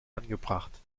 angebracht